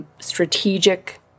strategic